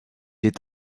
est